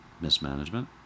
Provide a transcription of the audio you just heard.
mismanagement